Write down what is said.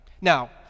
Now